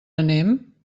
anem